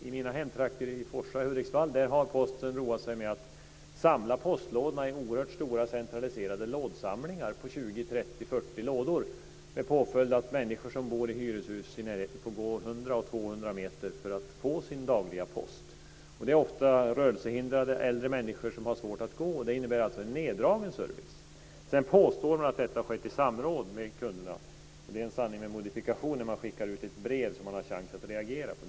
I mina hemtrakter i Forsa i Hudiksvall har Posten roat sig med att samla postlådorna i oerhört stora centraliserade lådsamlingar om 20, 30 eller 40 lådor med påföljd att människor som bor i hyreshus får gå 100 200 meter för att få sin dagliga post. Det handlar ofta om rörelsehindrade äldre människor som har svårt att gå. Det innebär alltså en neddragen service. Sedan påstås att detta skett i samråd med kunderna. Men det är en sanning med modifikation när det skickas ut ett brev som man har möjlighet att reagera på.